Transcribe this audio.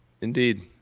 indeed